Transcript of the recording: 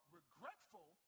regretful